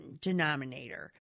denominator